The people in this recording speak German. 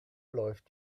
läuft